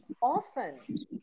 often